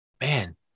Man